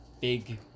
big